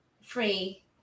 free